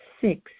Six